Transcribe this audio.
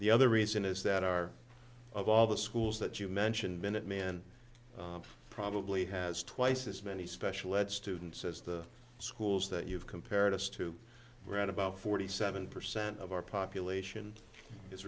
the other reason is that our of all the schools that you mentioned minutemen probably has twice as many special ed students as the schools that you've compared us to we're at about forty seven percent of our population is